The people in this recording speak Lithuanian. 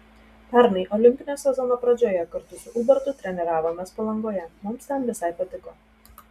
pernai olimpinio sezono pradžioje kartu su ubartu treniravomės palangoje mums ten visai patiko